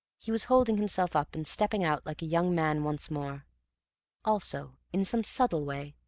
he was holding himself up and stepping out like a young man once more also, in some subtle way,